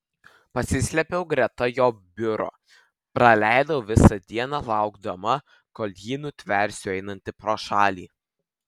pasislėpiau greta jo biuro praleidau visą dieną laukdama kol jį nutversiu einantį pro šalį